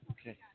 Okay